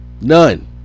none